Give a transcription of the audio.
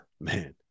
man